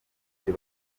ibyo